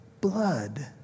blood